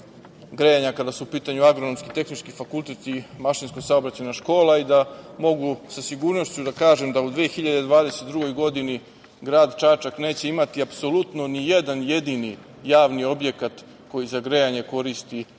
grejanja, kada su u pitanju agronomsko-tehnički fakultet i mašinsko-saobraćajna škola i mogu sa sigurnošću da kažem da u 2022. godini grad Čačak neće imati apsolutno ni jedan jedini javni objekat koji za grejanje koristi ekološki